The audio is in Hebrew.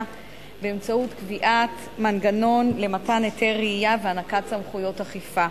באמצעות קביעת מנגנון למתן היתר רעייה והענקת סמכויות אכיפה.